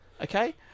Okay